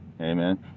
amen